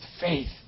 faith